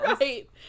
Right